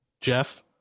Jeff